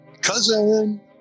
Cousin